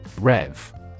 REV